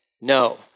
No